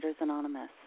Anonymous